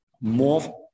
more